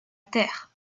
terre